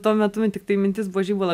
tuo metu man tiktai mintis buvo žibalą